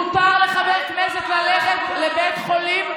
מותר לחבר הכנסת ללכת לבית חולים,